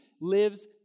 lives